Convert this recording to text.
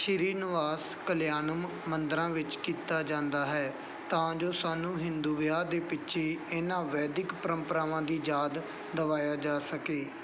ਸ਼੍ਰੀ ਨਿਵਾਸ ਕਲਿਆਣਮ ਮੰਦਰਾਂ ਵਿੱਚ ਕੀਤਾ ਜਾਂਦਾ ਹੈ ਤਾਂ ਜੋ ਸਾਨੂੰ ਹਿੰਦੂ ਵਿਆਹ ਦੇ ਪਿੱਛੇ ਇਹਨਾਂ ਵੈਦਿਕ ਪਰੰਪਰਾਵਾਂ ਦੀ ਯਾਦ ਦਿਵਾਇਆ ਜਾ ਸਕੇ